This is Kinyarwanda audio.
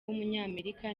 w’umunyamerika